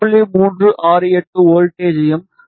368 வோல்ட்டேஜ்யும் 0